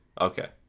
Okay